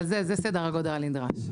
אבל זה סדר העבודה הנדרש.